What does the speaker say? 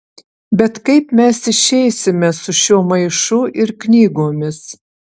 bet kaip mes išeisime su šiuo maišu ir knygomis